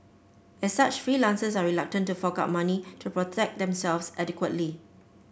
as such freelancers are reluctant to fork out money to protect themselves adequately